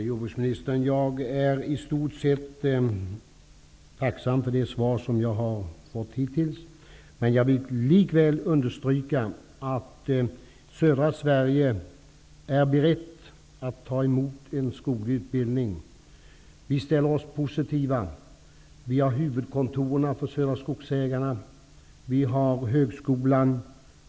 Herr talman! Jag är i stort sett tacksam för det svar som jag hittills fått. Likväl vill jag understryka att vi i södra Sverige är beredda att ta emot en skoglig utbildning. Vi är alltså positiva till en sådan. Vi har Södra Skogsägarnas huvudkontor, och vi har högskolan.